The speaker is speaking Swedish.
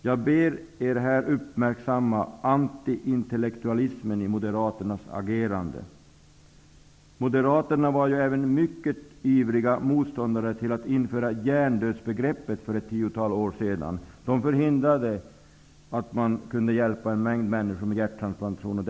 Jag ber er här uppmärksamma antiintellektualismen i Moderaternas agerande. Moderaterna var även mycket ivriga motståndare till att införa hjärndödsbegreppet för ett tiotal år sedan. De förhindrade att man skulle kunna hjälpa en mängd människor med hjärttransplantationer.